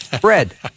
bread